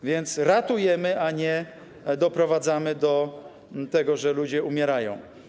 A więc ratujemy, a nie doprowadzamy do tego, że ludzie umierają.